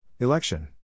Election